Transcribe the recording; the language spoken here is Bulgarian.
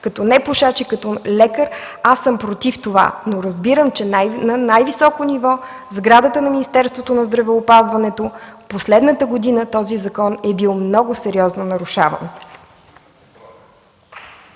като непушач и като лекар – аз съм против това, но разбирам, че на най-високо ниво в сградата на Министерството на здравеопазването в последната година този закон е бил много сериозно нарушаван.